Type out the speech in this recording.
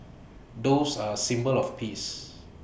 doves are symbol of peace